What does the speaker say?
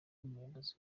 umuyobozi